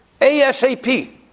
ASAP